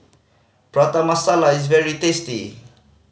Prata Masala is very tasty